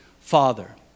Father